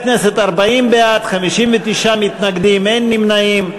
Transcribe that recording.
חברי הכנסת, 40 בעד, 59 מתנגדים, אין נמנעים.